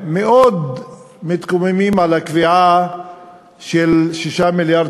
מאוד מתקוממים על הקביעה של 6 מיליארד